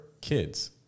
kids